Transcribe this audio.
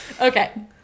Okay